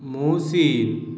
Mohsin